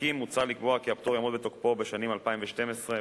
הוותיקים מוצע לקבוע כי הפטור יעמוד בתוקפו בשנים 2012 ו-2013.